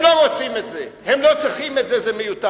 הם לא רוצים את זה, הם לא צריכים את זה, זה מיותר.